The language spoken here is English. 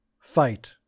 fight